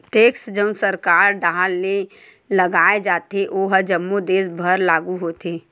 tax जउन सरकार डाहर ले लगाय जाथे ओहा जम्मो देस बर लागू होथे